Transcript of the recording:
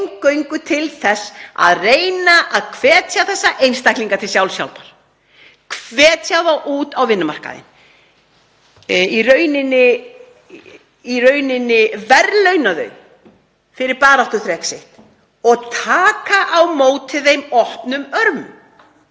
dag er eingöngu til þess að reyna að hvetja þessa einstaklinga til sjálfshjálpar, hvetja þá út á vinnumarkaðinn, í rauninni verðlauna þá fyrir baráttuþrek sitt og taka á móti þeim opnum örmum.